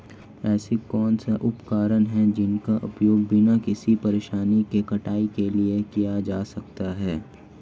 ऐसे कौनसे उपकरण हैं जिनका उपयोग बिना किसी परेशानी के कटाई के लिए किया जा सकता है?